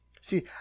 See